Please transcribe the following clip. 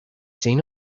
seen